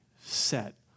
set